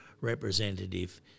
representative